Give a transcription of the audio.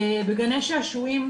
בגני שעשועים,